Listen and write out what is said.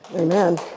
Amen